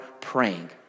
praying